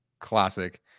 classic